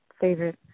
favorite